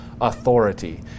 authority